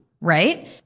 right